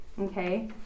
Okay